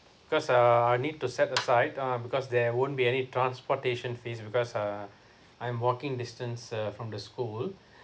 because uh I need to set side um because there won't be any transportation fees because uh I'm walking distance uh from the school